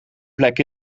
plek